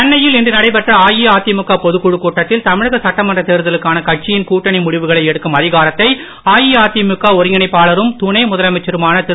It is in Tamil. சென்னையில் இன்று நடைபெற்ற அஇஅதிமுக பொதுக்குழுக் கூட்டத்தில் தமிழக சட்டமன்றத் தேர்தலுக்கான கட்சியின் கூட்டணி முடிவுகளை எடுக்கும் அதிகாரத்தை அஇஅதிமுக ஒருங்கிணைப்பாளரும் முதலமைச்சருமான திரு